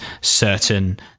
certain